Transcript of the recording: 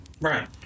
Right